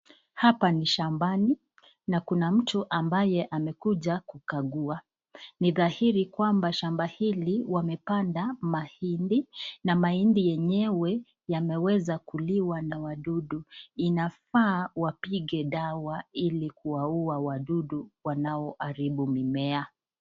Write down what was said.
Hapa ni shambani na kuna mtu ambaye amekuja kukagua. Ni dhahiri kwamba shamba hili wamepanda mahindi, na mahindi yenyewe yameweza kuliwa na wadudu. Inafaa wapige dawa ili kuwauwa wadudu wanao haribu mmea.